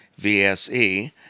VSE